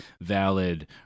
valid